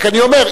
רק אני אומר,